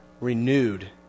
Renewed